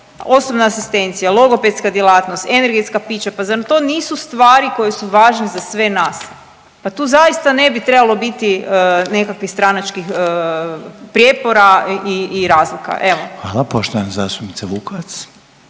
osobna asistencija, logopedska djelatnost, energetska pića pa zar to nisu stvari koje su važne za sve nas? Pa tu zaista ne bi trebalo biti nekakvih stranačkih prijepora i razlika. Evo. **Reiner, Željko